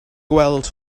gweld